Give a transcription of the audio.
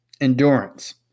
endurance